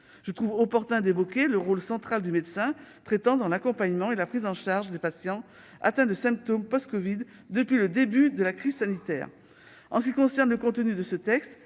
me semble opportun d'évoquer le rôle central du médecin traitant dans l'accompagnement et la prise en charge des patients atteints de symptômes post-covid depuis le début de la crise sanitaire. Sur le fond, cette